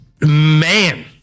man